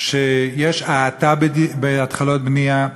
שיש האטה בהתחלות בנייה,